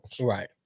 Right